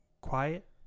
quiet